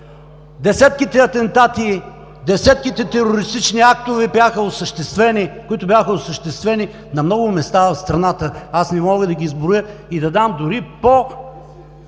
десетките атентати, десетките терористични актове, които бяха осъществени на много места в страната – аз не мога да ги изброя и да дам дори по-типичните